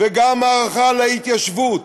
וגם הערכה להתיישבות